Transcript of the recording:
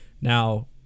now